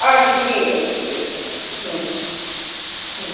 আচ্ছা ঠিক আছে ঠিক আছে হুম হুম